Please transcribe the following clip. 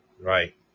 Right